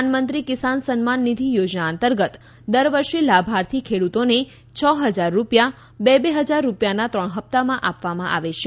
પ્રધાનમંત્રી કિસાન સન્માન નિધિ યોજના અંતર્ગત દર વર્ષે લાભાર્થી ખેડૂતોને છ છ હજાર રૂપિયા બે બે હજાર રૂપિયા ત્રણ હપ્તામાં આપવામાં આવે છે